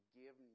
give